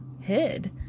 hid